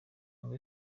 ngo